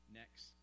next